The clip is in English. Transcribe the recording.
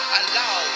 allow